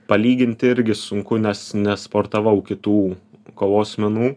palygint irgi sunku nes nesportavau kitų kovos menų